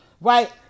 right